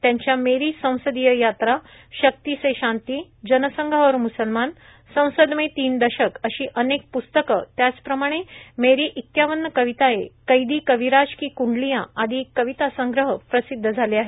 त्यांच्या मेरी संसदीय यात्रा शक्ती से शांती जनसंघ और मुसलमान संसद में तीन दशक अशी अनेक पुस्तके त्याचप्रमाणे मेरी इक्यावर कविताये कैदी कविराज की कुंडलिया आदी कवितासंग्रह प्रसिद्ध झाले आहेत